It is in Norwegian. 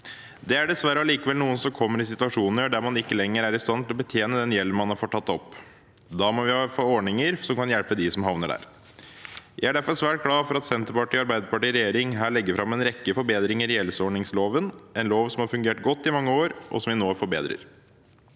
Det er dessverre likevel noen som kommer i situasjoner der man ikke lenger er i stand til å betjene den gjelden man har tatt opp. Da må vi ha ordninger som kan hjelpe dem som havner der. Jeg er derfor svært glad for at Senterpartiet og Arbeiderpartiet i regjering legger fram en rekke forbedringer i gjeldsordningsloven, en lov som har fungert godt i mange år, og som vi nå forbedrer.